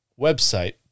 website